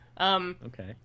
okay